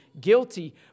guilty